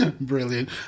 Brilliant